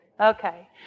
Okay